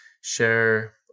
share